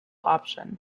option